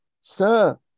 Sir